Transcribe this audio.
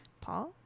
Paul